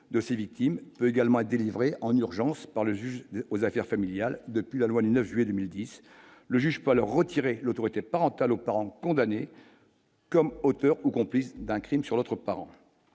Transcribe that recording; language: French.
de ses victimes peut également être délivrée en urgence par le juge aux affaires familiales depuis la loi du 9 juillet 2010, le juge pas leur retirer l'autorité parentale au parent condamnés comme auteurs ou complices d'un Crime sur l'autre parent,